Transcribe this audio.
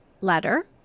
letter